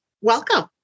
Welcome